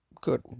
good